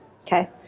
okay